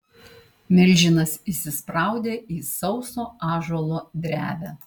milžinas įsispraudė į sauso ąžuolo drevę